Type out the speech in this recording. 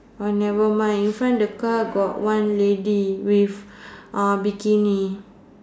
never mind in front the car got one lady with uh bikini